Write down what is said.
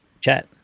chat